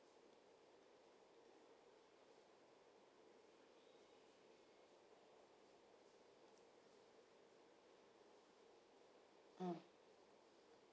mm